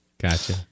Gotcha